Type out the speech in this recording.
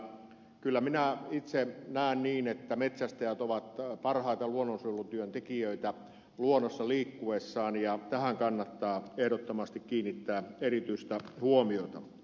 kyllä minä itse näen niin että metsästäjät ovat parhaita luonnonsuojelutyön tekijöitä luonnossa liikkuessaan ja tähän kannattaa ehdottomasti kiinnittää erityistä huomiota